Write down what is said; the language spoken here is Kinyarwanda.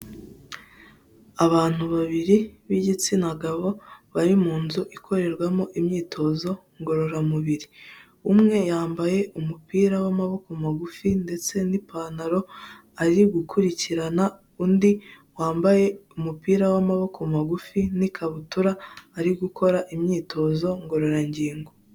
Abantu babiri b' igitsina gabo bari mu nzu ikorerwamo imyitozo ngorora mubiri. Umwe yambaye umupira w'amaboko magufi ndetse n' ipanaro ari gukurikirana undi wambaye umupira w'amaboko magufi n'ikabutura ari gukora imyitozo ngororangingo.